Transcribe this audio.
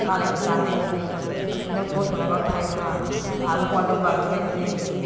मालायफोर दानाय लुनाय साल खुन्थायाव गसंनानैबाबो थायोमोन आं आंहाबो हौवा दंबा बेबायदिनो